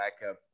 backup